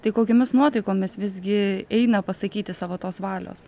tai kokiomis nuotaikomis visgi eina pasakyti savo tos valios